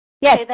Yes